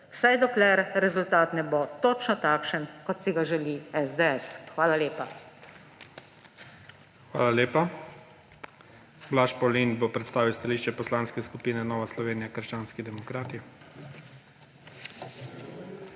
vsaj dokler rezultat ne bo točno takšen, kot si ga želi SDS. Hvala lepa. **PREDSEDNIK IGOR ZORČIČ:** Hvala lepa. Blaž Pavlin bo predstavil stališče Poslanske skupine Nova Slovenija – krščanski demokrati.